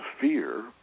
fear